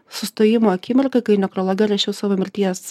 sustojimo akimirka kai nekrologe rašiau savo mirties